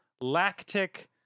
lactic